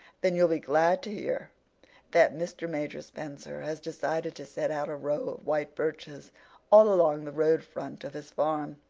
then you'll be glad to hear that mr. major spencer has decided to set out a row of white birches all along the road front of his farm,